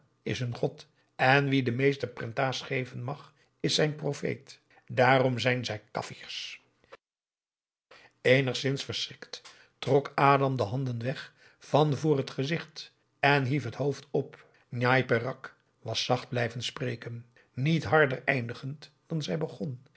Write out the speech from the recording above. is hun god en wie de meeste prentahs geven mag is zijn profeet daarom zijn zij kafirs eenigszins verschrikt trok adam de handen weg van voor het gezicht en hief het hoofd op njai peraq was zacht blijven spreken niet harder eindigend dan zij begon